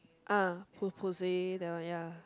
ah that one ya